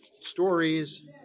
stories